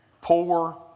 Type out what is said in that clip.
poor